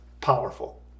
powerful